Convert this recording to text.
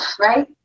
right